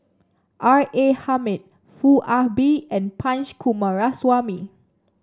R A Hamid Foo Ah Bee and Punch Coomaraswamy